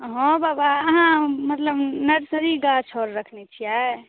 हँ बाबा अहाँ मतलब नर्सरी गाछ आओर रखने छियै